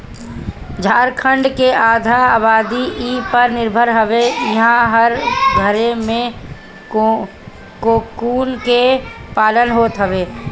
झारखण्ड के आधा आबादी इ पर निर्भर हवे इहां हर घरे में कोकून के पालन होत हवे